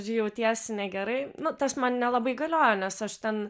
jautiesi negerai nu tas man nelabai galioja nes aš ten